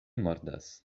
mordas